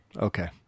Okay